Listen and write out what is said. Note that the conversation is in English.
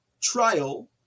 trial